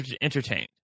entertained